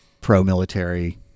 pro-military